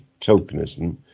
tokenism